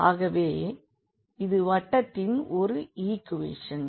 ஆகவே இது வட்டத்தின் ஒரு ஈக்குவேஷன்